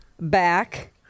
back